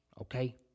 okay